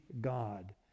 God